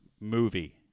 movie